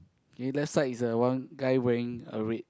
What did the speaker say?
eh left side is a one guy wearing a red